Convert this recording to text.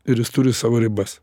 ir jis turi savo ribas